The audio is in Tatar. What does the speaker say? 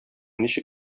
ничек